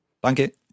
Danke